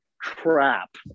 crap